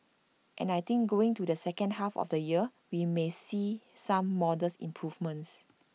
and I think going to the second half of the year we may see some modest improvements